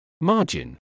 margin